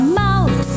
mouth